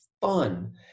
fun